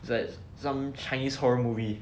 like some chinese horror movie